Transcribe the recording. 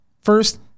First